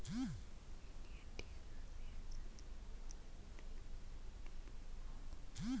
Indian tea association ಸಾವಿರದ ಏಟುನೂರ ಅನ್ನೂತ್ತ ಒಂದರಲ್ಲಿ ಸ್ಥಾಪನೆಯಾಯಿತು